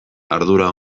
ardura